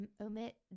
omit